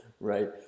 Right